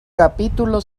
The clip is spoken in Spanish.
capítulo